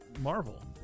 Marvel